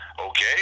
okay